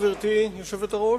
גברתי היושבת-ראש?